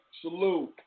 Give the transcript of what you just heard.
Salute